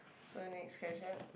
so next question